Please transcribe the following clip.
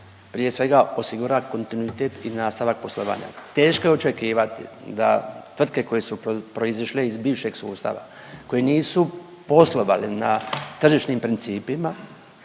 prije svega osigura kontinuitet i nastavak poslovanja. Teško je očekivati da tvrtke koje su proizišle iz bivšeg sustava, koje nisu poslovale na tržišnim principima